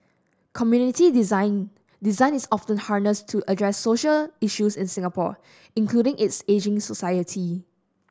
community design Design is often harnessed to address social issues in Singapore including its ageing society